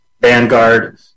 Vanguard